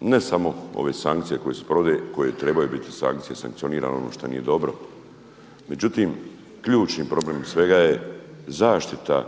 ne samo ove sankcije koje se provode, koje trebaju biti sankcije i sankcionirano ono što nije dobro, međutim ključni problem svega je zaštita